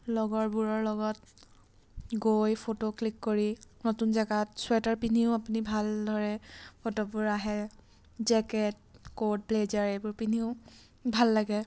লগৰবোৰৰ লগত গৈ ফটো ক্লিক কৰি নতুন জেগাত ছুৱেটাৰ পিন্ধিও আপুনি ভালদৰে ফটোবোৰ আহে জেকেট ক'ট ব্লেজাৰ এইবোৰ পিন্ধিও ভাল লাগে